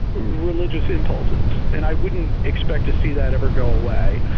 religious impulses, and i wouldn't expect to see that ever go away.